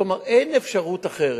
כלומר, אין אפשרות אחרת.